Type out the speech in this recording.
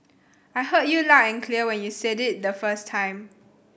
I heard you loud and clear when you said it the first time